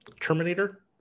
Terminator